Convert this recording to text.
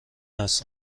است